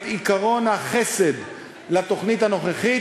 את עקרון החסד לתוכנית הנוכחית,